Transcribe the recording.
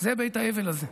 זה בית האבל הזה,